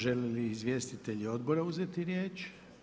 Žele li izvjestitelji odbora uzeti riječ?